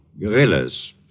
guerrillas